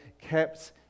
kept